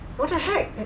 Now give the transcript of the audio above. what the heck